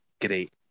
great